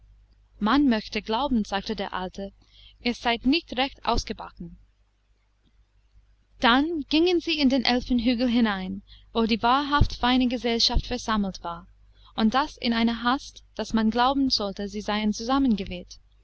man möchte glauben sagte der alte ihr seied nicht recht ausgebacken dann gingen sie in den elfenhügel hinein wo die wahrhaft feine gesellschaft versammelt war und das in einer hast daß man glauben sollte sie seien